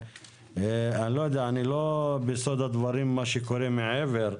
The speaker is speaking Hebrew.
אני לא יודע אני לא בסוד הדברים מה שקורה מעבר,